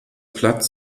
platz